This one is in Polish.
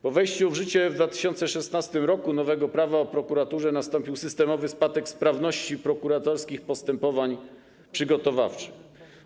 Po wejściu w życie w 2016 r. nowego Prawa o prokuraturze nastąpił systemowy spadek sprawności prokuratorskich postępowań przygotowawczych.